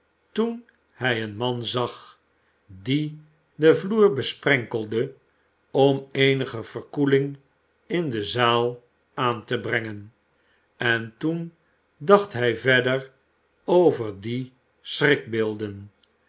toen hij een man zag die den vloer besprenkelde om eenige verkoeling in de zaal aan te brengen en toen dacht hij verder over die schrikbeelden